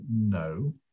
no